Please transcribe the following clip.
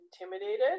intimidated